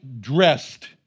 dressed